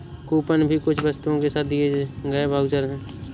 coupon भी कुछ वस्तुओं के साथ दिए गए वाउचर है